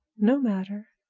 no matter.